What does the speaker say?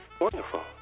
Wonderful